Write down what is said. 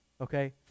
Okay